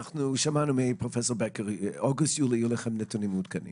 שמענו מפרופסור בקר שבאוגוסט-ספטמבר יהיו לכם נתונים מעודכנים.